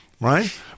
right